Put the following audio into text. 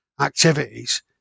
activities